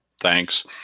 Thanks